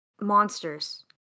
monsters